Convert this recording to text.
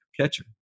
catcher